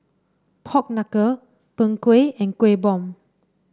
Pork Knuckle Png Kueh and Kueh Bom